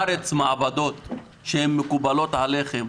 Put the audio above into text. יש לנו בארץ מעבדות שהן מקובלות עליכם,